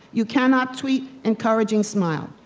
you cannot tweet encouraging smile.